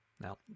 Now